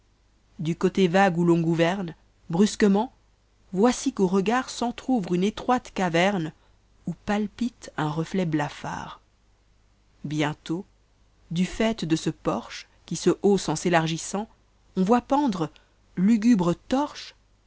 du côté vague ou l'on gouverne brusquement voici qu'au regard s'enir'ouvre une étroite daverne où palpite un reflet ma d bientôt du faite de ce porche qui se hausse en s'élargissant on voit pendre lugubre torche